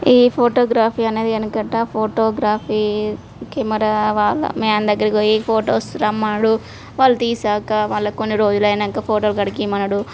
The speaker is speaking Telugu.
ఈ ఫోటోగ్రాఫీ అన్నది వెనకట ఫోటోగ్రాఫీ కెమరా వాళ్ళ మ్యాన్ దగ్గరకి పోయి ఫోటోస్ రమ్మని అనడం వాళ్ళు తీసాక మళ్ళీ కొన్ని రోజులు అయ్యాకా ఫోటో కడుగు అనడం